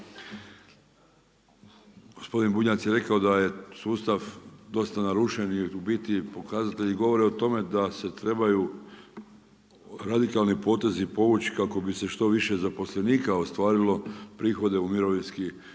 Gospodin Bunjac je rekao da je sustav dosta narušen i u biti pokazatelji govore o tome da se trebaju radikalni potezi povuć kako bi se što više zaposlenika ostvarilo prihode u Mirovinski